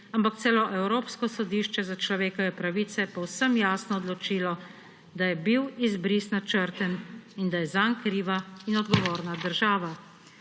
ampak celo Evropsko sodišče za človekove pravice povsem jasno odločilo, da je bil izbris načrten in da je zanj kriva in odgovorna država,